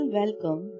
welcome